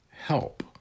help